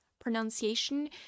pronunciation